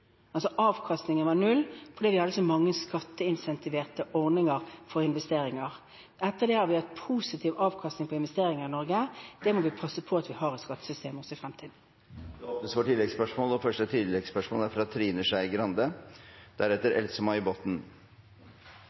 avkastningen var altså null – fordi vi hadde så mange skatteincentiverte ordninger for investeringer. Etter det har vi hatt positiv avkastning av investeringer i Norge, og vi må passe på at vi har et slikt skattesystem også i fremtiden. Det åpnes for oppfølgingsspørsmål – først Trine Skei Grande. Det er